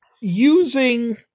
using